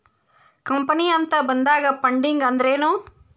Company ಅಂತ ಬಂದಾಗ funding ಅಂದ್ರೆನು?